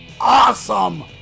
awesome